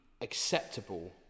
acceptable